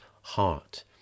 heart